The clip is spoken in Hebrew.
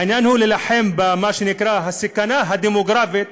העניין הוא להילחם במה שנקרא הסכנה הדמוגרפית?